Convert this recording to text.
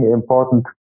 important